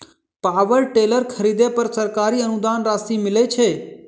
Power tiller खरीदे पर सरकारी अनुदान राशि मिलय छैय?